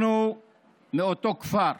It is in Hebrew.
אנחנו מאותו כפר.